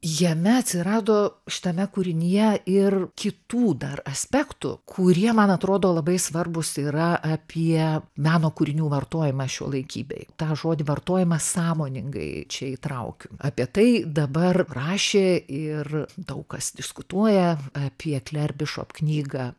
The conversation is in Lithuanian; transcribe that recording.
jame atsirado šitame kūrinyje ir kitų dar aspektų kurie man atrodo labai svarbūs yra apie meno kūrinių vartojimą šiuolaikybėj tą žodį vartojimas sąmoningai čia įtraukiu apie tai dabar rašė ir daug kas diskutuoja apie kler bišop knygą